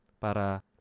para